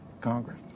Congress